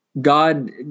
God